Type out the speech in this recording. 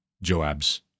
Joab's